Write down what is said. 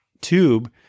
tube